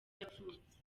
yavutse